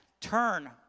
turn